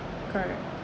correct